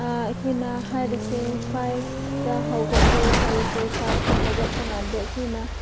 ꯑꯩꯈꯣꯏꯅ ꯍꯥꯏꯕꯁꯦ ꯐꯥꯏꯕꯇ ꯍꯧꯒꯠꯂꯦ ꯍꯥꯏꯔꯁꯦ ꯐꯥꯏꯕꯇ ꯍꯧꯒꯠꯄ ꯀꯥꯟꯗ ꯑꯩꯈꯣꯏꯅ